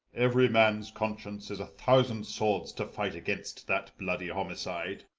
every man's conscience is a thousand swords, to fight against that bloody homicide.